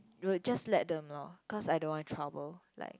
will just let them loh cause I don't want trouble like